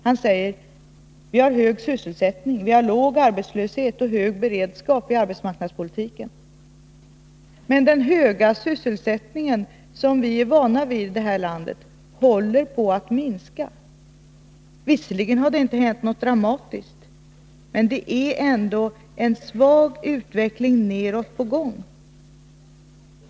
Han säger: Vi har hög sysselsättning, låg arbetslöshet och hög beredskap i arbetsmarknadspolitiken. Men den höga sysselsättning som vi är vana vid i detta land håller på att minska. Visserligen har det inte hänt något dramatiskt, men det är ändå en svag utveckling nedåt på gång.